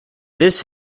this